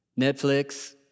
Netflix